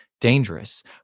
dangerous